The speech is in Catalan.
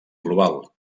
global